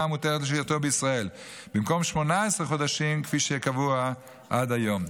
המותרת לשהייתו בישראל במקום 18 חודשים כפי שקבוע עד היום.